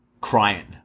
crying